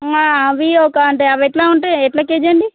అవి ఒక అంటే అవి ఎట్లా ఉంటాయి ఎట్ల కేజీ అండి